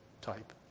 type